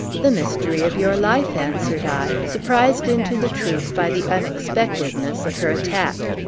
the mystery of your life, answered i, surprised into the truth by the unexpectedness of her attack.